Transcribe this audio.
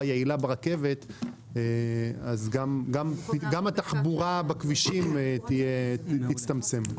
יעילה ברכבת אז גם התחבורה בכבישים תצטמצם.